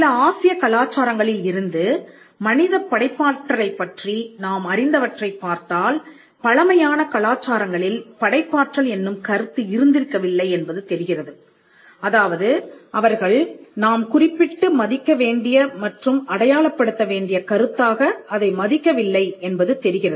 சில ஆசிய கலாச்சாரங்களில் இருந்து மனிதப் படைப்பாற்றலை பற்றி நாம் அறிந்தவற்றைப் பார்த்தால் பழமையான கலாச்சாரங்களில் படைப்பாற்றல் என்னும் கருத்து இருந்திருக்கவில்லை என்பது தெரிகிறது அதாவது அவர்கள் நாம் குறிப்பிட்டு மதிக்க வேண்டிய மற்றும் அடையாளப்படுத்த வேண்டிய கருத்தாக அதை மதிக்கவில்லை என்பது தெரிகிறது